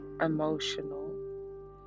emotional